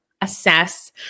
assess